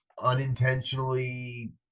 unintentionally